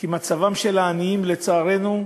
כי מצבם של העניים, לצערנו,